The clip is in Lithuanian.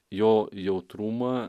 jo jautrumą